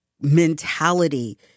mentality